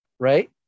Right